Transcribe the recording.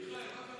מיכאל, מה קרה?